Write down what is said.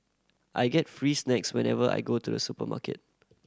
I get free snacks whenever I go to the supermarket